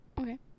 okay